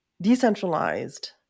decentralized